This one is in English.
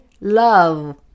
love